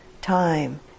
time